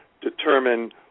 determine